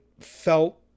felt